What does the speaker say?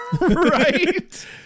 Right